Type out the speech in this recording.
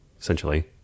essentially